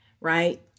right